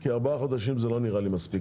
כי ארבעה חודשים זה לא נראה לי מספיק